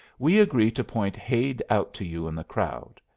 we agree to point hade out to you in the crowd.